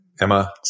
Emma